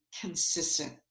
Consistent